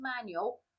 manual